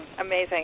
Amazing